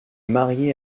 marié